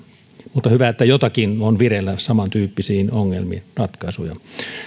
mutta hyvä että joitakin ratkaisuja on vireillä samantyyppisiin ongelmiin